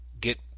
get